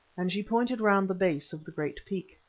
and she pointed round the base of the great peak.